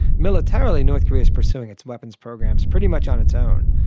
militarily north korea is pursuing its weapons programs pretty much on its own.